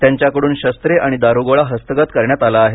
त्यांच्याकडून शस्त्रे आणि दारुगोळा हस्तगत करण्यात आला आहे